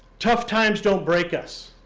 tough times don't break us.